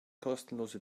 kostenlose